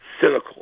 cynical